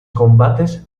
combates